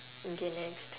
okay next